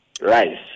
Rice